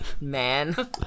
Man